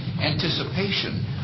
anticipation